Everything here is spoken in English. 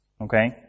Okay